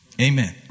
Amen